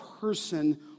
person